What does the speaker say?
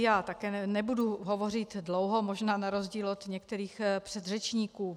Já nebudu hovořit dlouho možná na rozdíl od některých předřečníků.